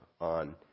on